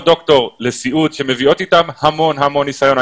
דוקטור לסיעוד שמביאות אתן המון המון ניסיון.